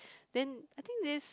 then I think this